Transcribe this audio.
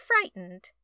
frightened